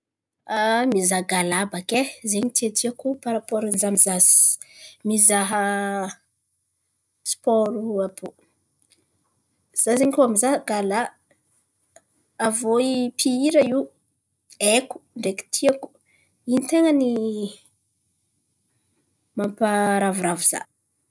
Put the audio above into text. Mizaha galà baka e zen̈y tiatiàko parapôro ny za mizaha si- mizaha sipôro àby io. Za zen̈y koa mizaha galà, aviô i mpihira io haiko ndreky tiako, in̈y ten̈a ny mamparavoravo za.